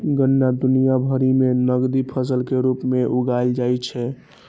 गन्ना दुनिया भरि मे नकदी फसल के रूप मे उगाएल जाइ छै